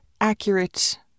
accurate